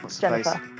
Jennifer